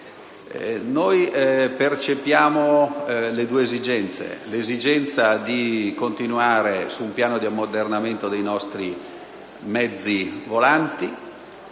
Noi percepiamo due aspetti: l'esigenza di continuare sul piano dell'ammodernamento dei nostri mezzi volanti,